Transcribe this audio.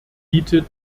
bietet